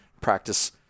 practice